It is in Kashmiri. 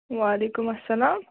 وَعلیکُم اَسَلام